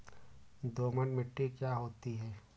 दोमट मिट्टी क्या होती हैं?